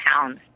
pounds